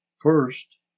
first